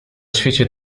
świecie